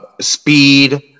speed